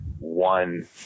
One